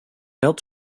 built